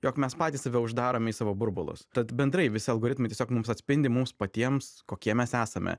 jog mes patys save uždarome į savo burbulus tad bendrai visi algoritmai tiesiog mums atspindi mums patiems kokie mes esame